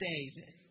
David